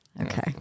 Okay